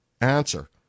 answer